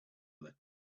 other